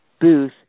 booth